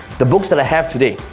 the books that i have today,